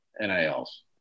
NILs